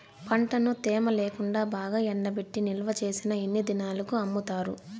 పంటను తేమ లేకుండా బాగా ఎండబెట్టి నిల్వచేసిన ఎన్ని దినాలకు అమ్ముతారు?